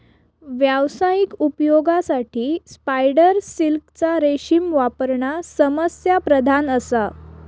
व्यावसायिक उपयोगासाठी स्पायडर सिल्कचा रेशीम वापरणा समस्याप्रधान असा